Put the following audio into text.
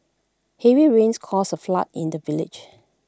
heavy rains caused A flood in the village